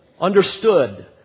understood